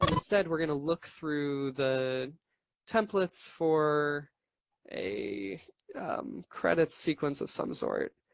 instead, we're going to look through the templates for a credit sequence of some sort.